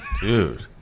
Dude